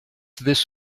this